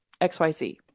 XYZ